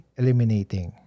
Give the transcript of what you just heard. eliminating